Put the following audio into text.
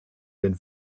den